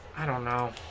don't know